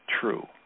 true